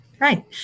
Right